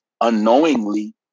unknowingly